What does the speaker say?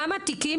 כמה תיקים,